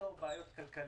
ולפתור בעיות כלכליות?